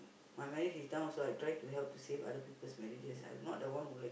my marriage is down also I drive to hell to save other people's marriages I'm not the one like